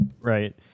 Right